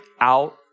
out